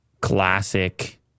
classic